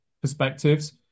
perspectives